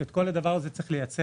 את כל הדבר הזה צריך לייצר.